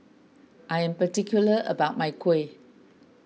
I am particular about my Kuih